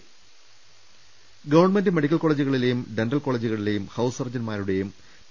രുവെട്ടറു government medical കോളജുകളിലെയും dental കോളജുകളി ലെയും ഹൌസ് സർജൻമാരുടെയും പി